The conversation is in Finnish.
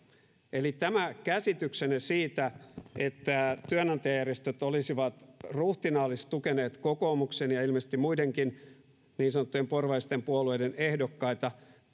eli tämä käsityksenne siitä että työnantajajärjestöt olisivat ruhtinaallisesti tukeneet kokoomuksen ja ja ilmeisesti muidenkin niin sanottujen porvarillisten puolueiden ehdokkaita